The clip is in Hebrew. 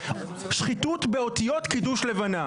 שחיתות באותיות קידוש לבנה.